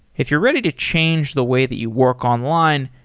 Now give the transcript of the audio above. if you're ready to change the way that you work online,